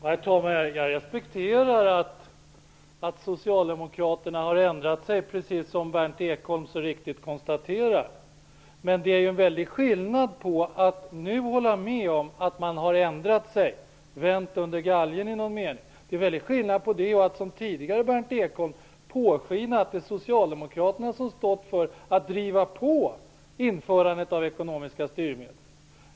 Herr talman! Jag respekterar att Socialdemokrterna har ändrat sig som Berndt Ekholm så riktigt konstaterar. Men det är en väldig skillnad på att nu hålla med om att man har ändrat sig -- att man i någon mening har vänt under galgen -- och att som tidigare påskina att det är Socialdemokraterna som varit pådrivande vid införandet av ekonomiska styrmedel.